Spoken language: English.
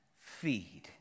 feed